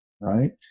right